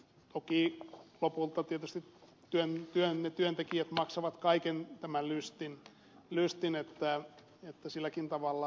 toki lopulta tietysti työntekijät maksavat kaiken tämän lystin niin että silläkin tavalla ed